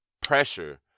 pressure